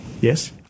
Yes